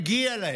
מגיע להם.